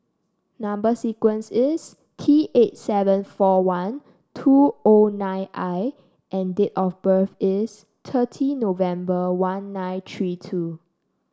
number sequence is T eight seven four one two O nine I and date of birth is thirty November one nine three two